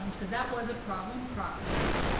um so that was a problem property.